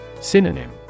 Synonym